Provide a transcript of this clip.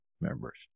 members